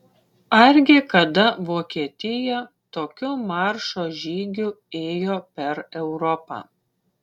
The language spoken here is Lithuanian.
argi kada vokietija tokiu maršo žygiu ėjo per europą